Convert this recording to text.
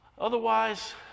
Otherwise